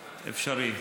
אפשרי.